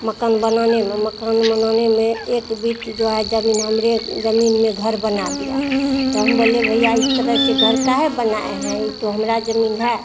मकान बनाने में मकान बनाने में एक वित्त जो है जमीन हमारे जमीन में घर बना दिया तो हम बोले भईया इस तरह से घर काहे बनाए हैं ये तो हमारा जमीन है